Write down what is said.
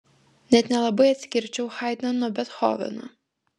net nelabai atskirčiau haidną nuo bethoveno